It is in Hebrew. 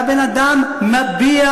והבן-אדם מביע,